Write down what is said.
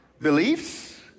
Beliefs